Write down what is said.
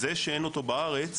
זה שאין אותו בארץ